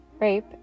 rape